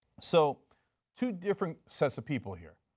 so two different sets of people here.